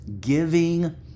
giving